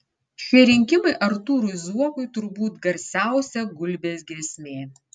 šie rinkimai artūrui zuokui turbūt garsiausia gulbės giesmė